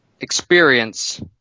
experience